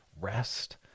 rest